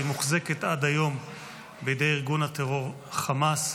והיא מוחזקת עד היום בידי ארגון הטרור חמאס.